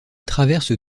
traverse